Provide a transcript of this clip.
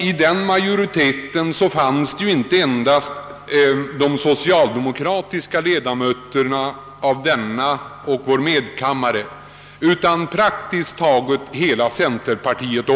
I den majoriteten ingick inte endast de socialdemokratiska ledamöterna av denna kammare och medkammaren utan också praktiskt taget hela centerparti et.